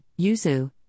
yuzu